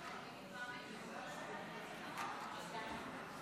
אני קובע כי הצעת חוק לשכת עורכי הדין (תיקון,